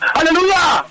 Hallelujah